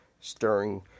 Stirring